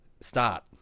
start